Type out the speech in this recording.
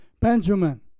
Benjamin